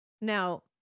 Now